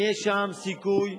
אם יש שם סיכוי,